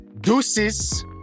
deuces